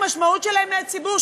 המשמעות שלהם היא כלפי הציבור.